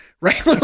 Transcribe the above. right